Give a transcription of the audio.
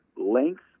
length